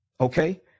Okay